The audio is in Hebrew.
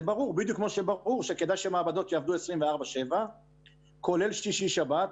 זה ברור בדיוק כמו שברור שכדי שמעבדות יעבדו 24/7 כולל שישי-שבת,